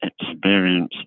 experience